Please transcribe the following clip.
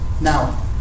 Now